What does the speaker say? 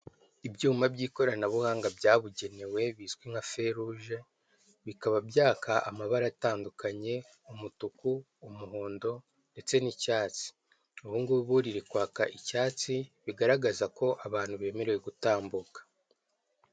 Ibyuma by'ikoranabuhanga byabugenewe bizwi nka feruje, bikaba byaka amabara atandukanye umutuku, umuhondo ndetse n'icyatsi, ubu ngubu riri kwaka icyatsi bigaragaza ko abantu bemerewe gutambuka.